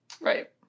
Right